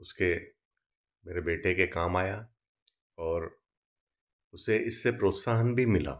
उसके मेरे बेटे के काम आया और उसे इससे प्रोत्साहन भी मिला